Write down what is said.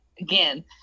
Again